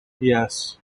yes